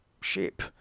shape